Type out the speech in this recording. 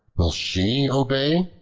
will she obey?